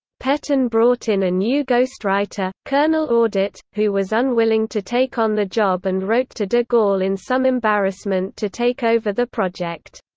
petain brought in a new ghostwriter, colonel audet, who was unwilling to take on the job and wrote to de gaulle in some embarrassment to take over the project.